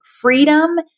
freedom